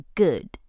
good